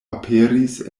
aperis